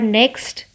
next